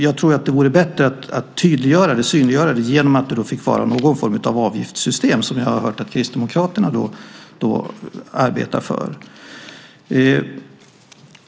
Jag tror att det vore bättre att synliggöra det genom att det fick vara någon form av avgiftssystem, som jag har hört att Kristdemokraterna arbetar för.